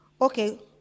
Okay